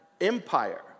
empire